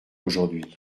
aujourd’hui